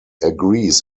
agrees